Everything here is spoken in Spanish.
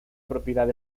propiedad